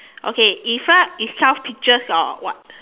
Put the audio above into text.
okay in front is twelve pictures or what